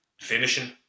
finishing